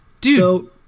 dude